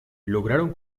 lograron